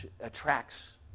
attracts